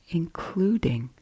including